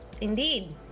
Indeed